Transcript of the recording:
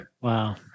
Wow